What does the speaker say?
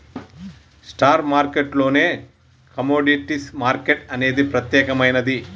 stock మార్కెట్టులోనే commodities market అనేది ప్రత్యేకమైనది